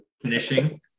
finishing